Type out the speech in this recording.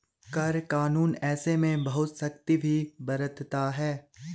कर कानून ऐसे में बहुत सख्ती भी बरतता है